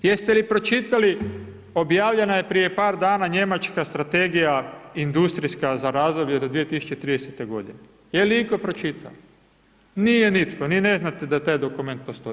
Jeste li pročitali objavljena je prije dana njemačka strategija industrijska za razdoblje do 2030. godine, je li itko pročitao, nije nitko ni ne znate da taj dokument postoji.